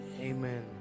Amen